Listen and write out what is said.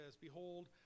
Behold